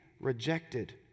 rejected